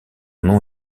nom